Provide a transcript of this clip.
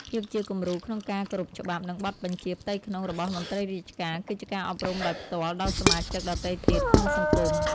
ភាពជាគំរូក្នុងការគោរពច្បាប់ និងបទបញ្ជាផ្ទៃក្នុងរបស់មន្ត្រីរាជការ គឺជាការអប់រំដោយផ្ទាល់ដល់សមាជិកដទៃទៀតក្នុងសង្គម។